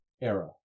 era